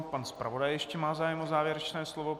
Pan zpravodaj ještě má zájem o závěrečné slovo.